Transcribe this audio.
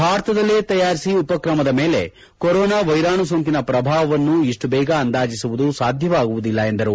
ಭಾರತದಲ್ಲೇ ತಯಾರಿಸಿ ಉಪಕ್ರಮದ ಮೇಲೆ ಕೋರೋನಾ ವೈರಾಣು ಸೋಂಕಿನ ಪ್ರಭಾವವನ್ನು ಇಷ್ಟು ಬೇಗ ಅಂದಾಜಿಸುವುದು ಸಾಧ್ಯವಾಗುವುದಿಲ್ಲ ಎಂದರು